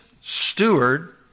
steward